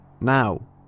Now